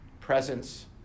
presence